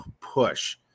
push